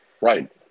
Right